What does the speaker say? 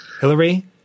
Hillary